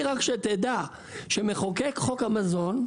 רציתי רק שתדע שמחוקק חוק המזון,